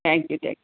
thank you